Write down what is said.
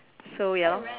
so ya lor